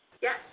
Yes